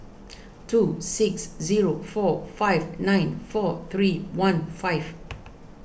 two six zero four five nine four three one five